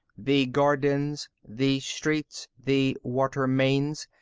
the gardens, the streets, the water mains,